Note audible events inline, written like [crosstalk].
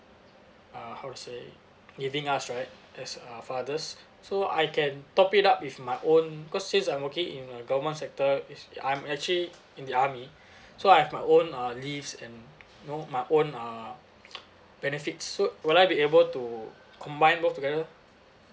uh how to say giving us right as uh fathers so I can top it up with my own cause since I'm working in a government sector it's I'm actually in the army [breath] so I have my own uh leaves and you know my own uh benefits so will I be able to combine both together